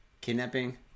Kidnapping